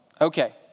Okay